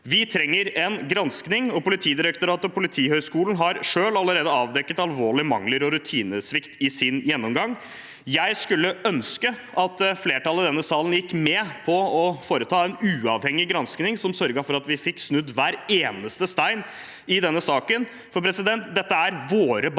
Vi trenger en granskning, og Politidirektoratet og Politihøgskolen har selv allerede avdekket alvorlige mangler og rutinesvikt i sin gjennomgang. Jeg skulle ønske at flertallet i denne salen gikk med på å foreta en uavhengig granskning som sørget for at vi fikk snudd hver eneste stein i denne saken, for dette er våre barn.